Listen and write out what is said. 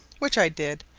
which i did,